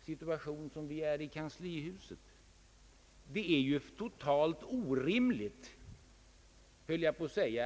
situation som vi har i kanslihuset. Det är totalt orimligt